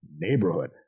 neighborhood